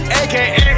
aka